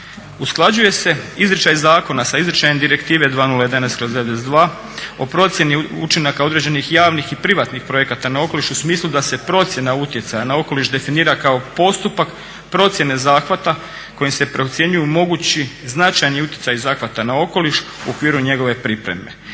Usklađuje se izričaj zakona sa izričajem Direktive 2011/92 o procjeni učinaka određenih javnih i privatnih projekata na okoliš u smislu da se procjena utjecaja na okoliš definira kao postupak procjene zahvata kojim se procjenjuju mogući značajni utjecaji zahvata na okoliš u okviru njegove pripreme